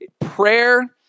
prayer